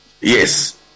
Yes